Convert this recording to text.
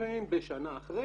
לפעמים בשנה אחרי,